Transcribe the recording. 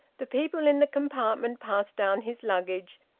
the people in the compartment passed down his luggage,